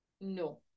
No